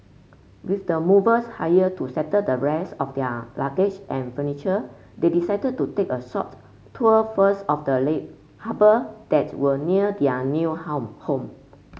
with the movers hired to settle the rest of their luggage and furniture they decided to take a short tour first of the harbour that were near their new home